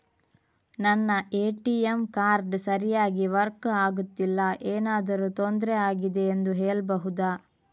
ನನ್ನ ATM card ಸರಿಯಾಗಿ work ಆಗುತ್ತಿಲ್ಲ, ಏನು ತೊಂದ್ರೆ ಆಗಿದೆಯೆಂದು ಹೇಳ್ಬಹುದಾ?